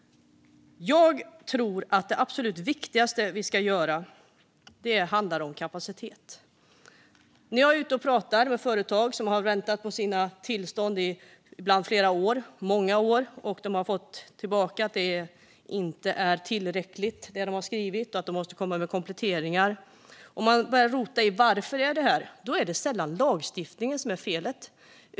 Jag tror att det absolut viktigaste som behöver göras rör kapacitet. När jag är ute och pratar med företag som ibland har väntat på tillstånd i många år och som fått beskedet att det de har skrivit inte är tillräckligt utan att de måste komma med kompletteringar visar det sig att det sällan är lagstiftningen som är felet.